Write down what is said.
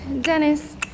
Dennis